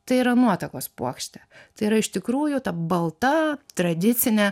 tai yra nuotakos puokštė tai yra iš tikrųjų ta balta tradicinė